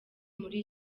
muri